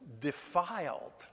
defiled